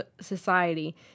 Society